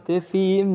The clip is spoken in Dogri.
ते फ्ही